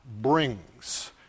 brings